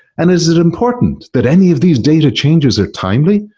and is it important that any of these data changes are timely?